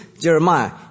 Jeremiah